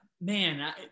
man